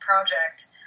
project